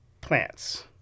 plants